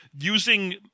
using